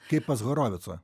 kaip pas horovitsą